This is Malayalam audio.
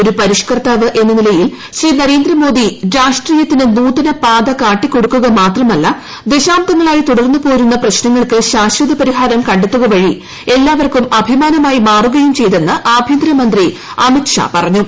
ഒരു പരിഷ്കർത്താവ് എന്ന നിലയിൽ ശ്രീ നരേന്ദ്രമോദി രാഷ്ട്രീയത്തിന് നൂതന പാത കാട്ടികൊടുക്കുക മാത്രമല്ല ദശാംബ്ദങ്ങളായി തുടർന്നു പോരുന്ന പ്രശ്നങ്ങൾക്ക് ശാശ്വത പരിഹാരം കടെ ത്തുക വഴി എല്ലാവർക്കും അഭിമാനമായി മാറുകയും ചെയ്തെന്ന് ആഭൃന്തരമന്ത്രി അമിത് ഷാ പറഞ്ഞു